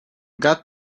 got